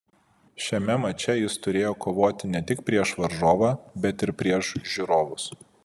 šiame mače jis turėjo kovoti ne tik prieš varžovą bet ir prieš žiūrovus